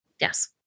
Yes